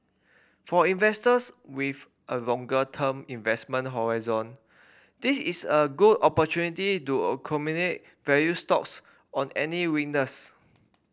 for investors with a longer term investment horizon this is a good opportunity to accumulate value stocks on any winners